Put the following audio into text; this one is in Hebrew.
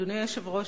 אדוני היושב-ראש,